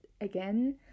again